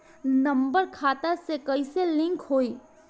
Number खाता से कईसे लिंक होई?